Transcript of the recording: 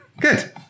Good